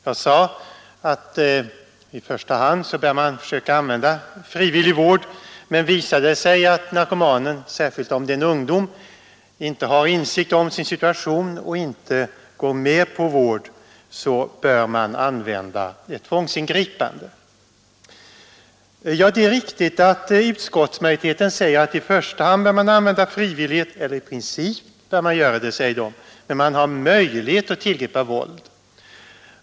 Jag sade att i första 1 juni 1973 hand bör man fö ET narkomanen särskilt om det är en ungdom inte har insikt om sin situation och inte går med på vård bör man använda ett tvångsingripande. Det är riktigt att utskottsmajoriteten säger att i princip bör man använda frivillighet men att man har möjlighet att tillgripa tvång.